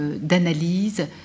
d'analyse